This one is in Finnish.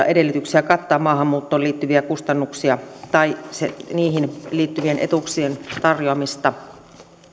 edellytyksiä kattaa maahanmuuttoon liittyviä kustannuksia tai niihin liittyvien etuuksien tarjoamista